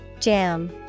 Jam